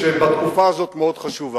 שבתקופה הזו מאוד חשוב.